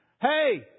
Hey